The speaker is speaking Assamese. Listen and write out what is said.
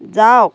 যাওক